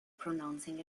pronouncing